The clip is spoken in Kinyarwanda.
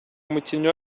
umukinnyi